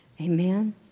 Amen